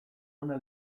ona